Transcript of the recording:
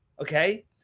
okay